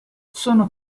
sono